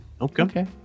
Okay